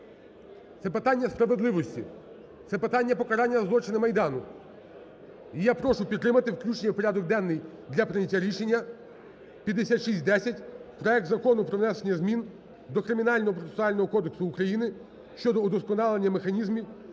Це питання справедливості, це питання покарання злочинів Майдану. І я прошу підтримати включення в порядок денний для прийняття рішення 5610: проект Закону про внесення змін до Кримінального процесуального кодексу України (щодо удосконалення механізмів